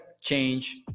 change